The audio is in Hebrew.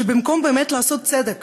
שבמקום לעשות צדק